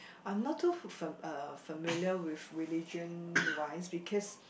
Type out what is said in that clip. I am not too fam~ too familiar with religion wise because